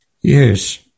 Yes